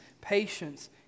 patience